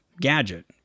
gadget